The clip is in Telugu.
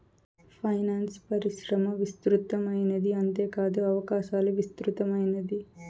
ఫైనాన్సు పరిశ్రమ విస్తృతమైనది అంతేకాదు అవకాశాలు విస్తృతమైనది